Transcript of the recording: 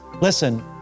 listen